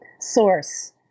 source